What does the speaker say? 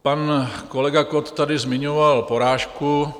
Pan kolega Kott tady zmiňoval porážku.